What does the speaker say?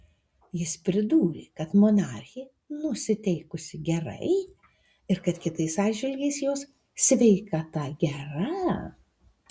jis pridūrė kad monarchė nusiteikusi gerai ir kad kitais atžvilgiais jos sveikata gera